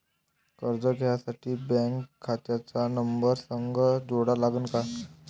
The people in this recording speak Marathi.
कर्ज घ्यासाठी बँक खात्याचा नंबर संग जोडा लागन का?